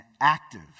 active